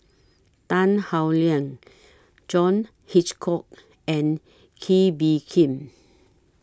Tan Howe Liang John Hitchcock and Kee Bee Khim